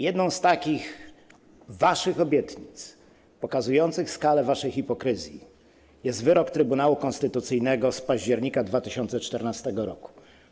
Jedną z takich waszych obietnic pokazujących skalę waszej hipokryzji jest wyrok Trybunału Konstytucyjnego z października 2014 r.